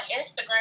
instagram